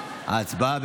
ההצעה.